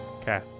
okay